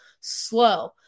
slow